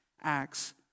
acts